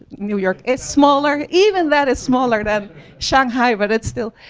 new york is smaller, even that is smaller than shanghai, but that's still.